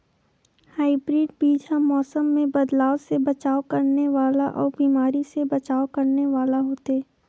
hybrid बीज हा मौसम मे बदलाव से बचाव करने वाला अउ बीमारी से बचाव करने वाला होथे